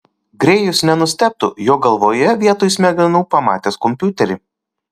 grėjus nenustebtų jo galvoje vietoj smegenų pamatęs kompiuterį